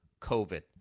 COVID